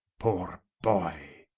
poore boy,